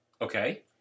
Okay